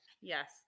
Yes